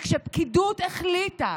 וכשפקידות החליטה,